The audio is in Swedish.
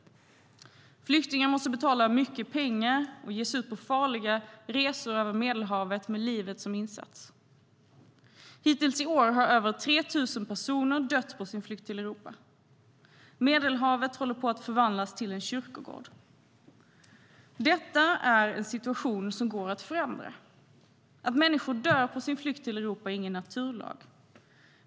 Flyktingar måste betala mycket pengar och ge sig ut på farliga resor över Medelhavet med livet som insats. Hittills i år har över 3 000 personer dött på sin flykt till Europa. Medelhavet håller på att förvandlas till en kyrkogård. Det är en situation som går att förändra. Att människor dör på sin flykt till Europa är ingen naturlag.